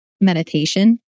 meditation